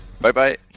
Bye-bye